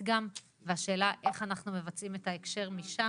גם והשאלה היא איך אנחנו מבצעים את ההקשר משם.